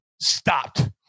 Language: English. stopped